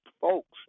folks